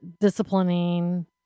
disciplining